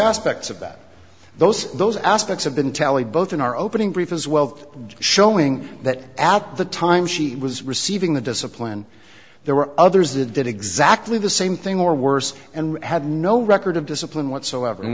aspects about those those aspects have been tallied both in our opening brief as well showing that after the time she was receiving the discipline there were others that did exactly the same thing or worse and had no record of discipline whatsoever and